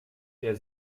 der